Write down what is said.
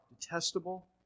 detestable